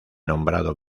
nombrado